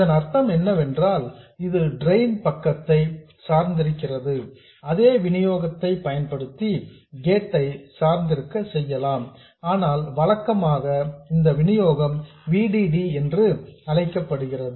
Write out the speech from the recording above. இதன் அர்த்தம் என்னவென்றால் இது டிரெயின் பக்கத்தை சார்ந்திருக்கிறது அதே விநியோகத்தை பயன்படுத்தி கேட் ஐ சார்ந்திருக்க செய்யலாம் ஆனால் வழக்கமாக இந்த விநியோகம் V D D என்று அழைக்கப்படுகிறது